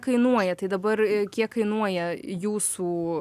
kainuoja tai dabar kiek kainuoja jūsų